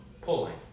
pulling